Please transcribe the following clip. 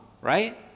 right